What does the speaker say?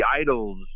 idols